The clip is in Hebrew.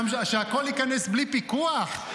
שהכול ייכנס בלי פיקוח?